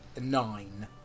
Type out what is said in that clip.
nine